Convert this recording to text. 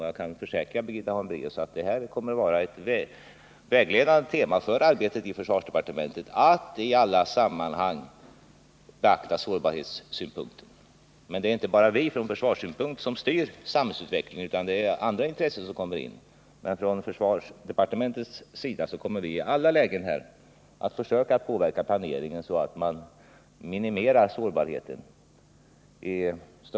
Jag kan försäkra Birgitta Hambraeus att det kommer att vara vägledande för arbetet i försvarsdepartementet att i alla sammanhang beakta sårbarhetssynpunkten. Men det är inte bara vi som styr samhällsutvecklingen. Där kommer även andra intressen in. Men försvarsdepartementet kommer i alla lägen att försöka påverka planeringen så att vi minimerar sårbarheten.